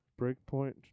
Breakpoint